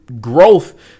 growth